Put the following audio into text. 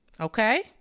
okay